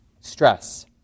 Stress